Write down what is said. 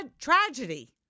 tragedy